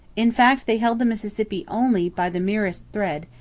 in fact, they held the mississippi only by the merest thread,